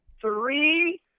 three